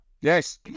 yes